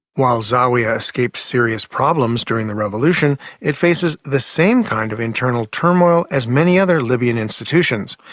while zawiya escaped serious problems during the revolution, it faces the same kind of internal turmoil as many other libyan institutions.